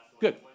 Good